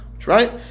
Right